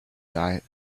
diet